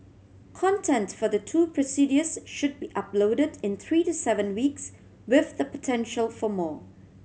content for the two procedures should be uploaded in three to seven weeks with the potential for more